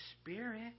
spirit